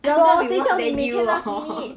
worse than you hor